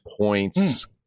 points